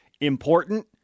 important